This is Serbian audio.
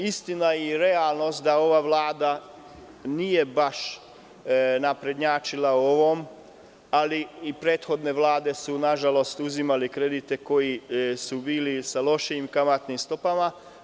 Istina je i realnost da ova Vlada nije baš prednjačila u ovome, ali prethodne vlade su na žalost uzimale kredite koji su bili sa lošim kamatnim stopama.